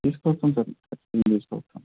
తీసుకొస్తాము సార్ ఖచ్చితంగా తీసుకొస్తాను